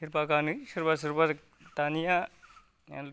सोरबा गानो सोरबा सोरबा दानिया